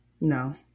No